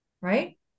right